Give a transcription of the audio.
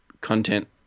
content